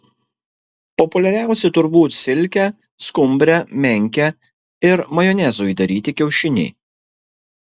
populiariausi turbūt silke skumbre menke ir majonezu įdaryti kiaušiniai